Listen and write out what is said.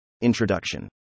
introduction